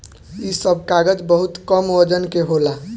इ सब कागज बहुत कम वजन के होला